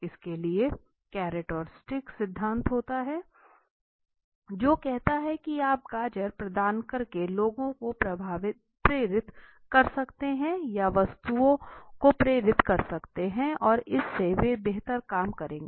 इसके लिए carrot and stick सिद्धांत होता है जो कहता है की आप गाजर प्रदान करके लोगों को प्रेरित कर सकते हैं या वस्तुओं को प्रेरित कर सकते हैं और इससे वे बेहतर काम करेंगे